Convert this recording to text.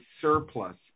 surplus